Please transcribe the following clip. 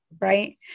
right